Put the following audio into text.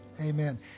Amen